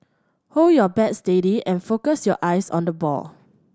hold your bat steady and focus your eyes on the ball